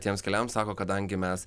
tiems keliams sako kadangi mes